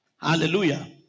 hallelujah